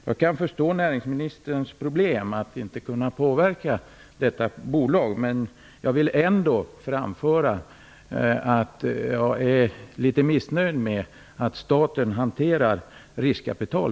Jag kan förstå näringsministerns problem att inte kunna påverka detta bolag, men jag vill ändå framföra att jag är litet missnöjd med statens sätt att hantera riskkapital.